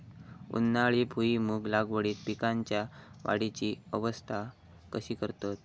उन्हाळी भुईमूग लागवडीत पीकांच्या वाढीची अवस्था कशी करतत?